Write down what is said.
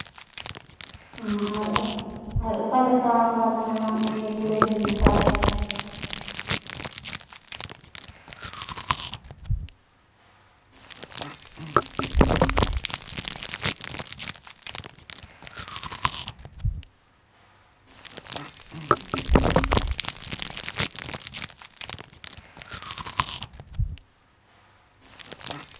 ᱚ ᱟᱨ ᱟᱨ ᱚᱠᱟᱞᱮᱠᱟ ᱚᱱᱟ ᱨᱮᱱᱟᱜ ᱤᱭᱟᱹ ᱠᱩᱲᱟᱹᱭ ᱫᱚᱵᱤᱱ ᱦᱟᱛᱟᱣᱮᱫᱼᱟ